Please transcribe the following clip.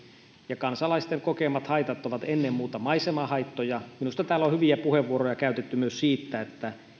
ja kansalaisten kokemat haitat ovat ennen muuta maisemahaittoja minusta täällä on hyviä puheenvuoroja käytetty myös siitä että